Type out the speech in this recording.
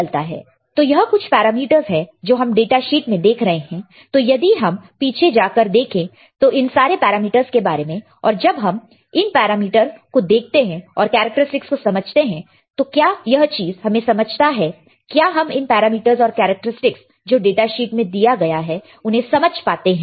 तो यह कुछ पैरामीटर्स है जो हम डाटा शीट में देख रहे हैं तो यदि हम पीछे जाकर देखें इन सारे पैरामीटर्स के बारे में और अब जब हम इन पैरामीटर उसको देखते हैं और कैरेक्टरस्टिक्स को समझते हैं तो क्या यह चीज हमें समझता है क्या हम इन पैरामीटर्स और कैरेक्टरस्टिक्स जो डाटा शीट में दिया गया है उन्हें समझ पाते हैं